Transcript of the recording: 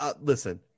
Listen